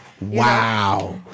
Wow